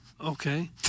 Okay